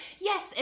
yes